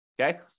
okay